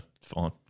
fine